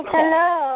Hello